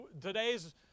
Today's